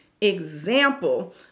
example